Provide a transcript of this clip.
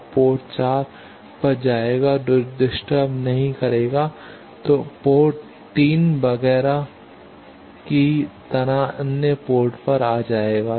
अब यह पोर्ट 4 पर जाएगा जो डिस्टर्ब नहीं करेगा और पोर्ट 3 वगैरह की तरह अन्य पोर्ट पर आ जाएगा